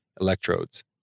electrodes